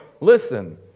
Listen